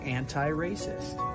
anti-racist